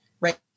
right